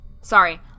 Sorry